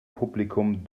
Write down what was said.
publikum